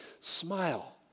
smile